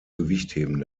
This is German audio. gewichtheben